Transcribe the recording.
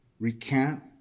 Recant